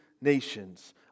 nations